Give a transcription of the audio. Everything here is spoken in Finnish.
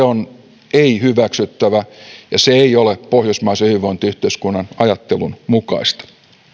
on ei hyväksyttävä ja se ei ole pohjoismaisen hyvinvointiyhteiskunnan ajattelun mukaista